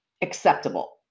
acceptable